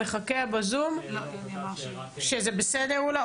אני רק אציין שמחר אני נמצא חודש באגף הדוברות.